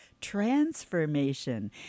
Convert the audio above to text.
transformation